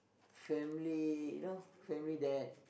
family you know family that